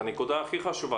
היא תחזור.